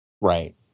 Right